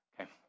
Okay